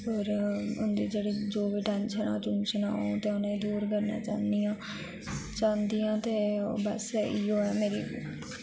और उंदी जेह्ड़ी जो बी टेंशन टुनशना होन ते उनेंई दुर करना चाह्नी आं ते बस इयो ऐ मेरी